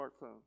smartphone